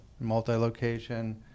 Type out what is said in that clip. Multi-location